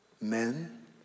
Men